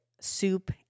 soup